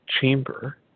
chamber